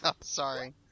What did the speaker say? Sorry